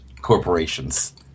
corporations